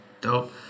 Dope